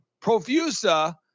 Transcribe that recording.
profusa